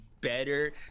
better